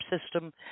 system